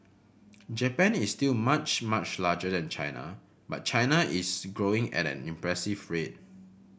Japan is still much much larger than China but China is growing at an impressive rate